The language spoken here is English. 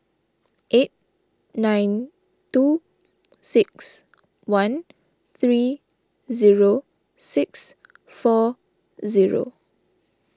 eight nine two six one three zero six four zero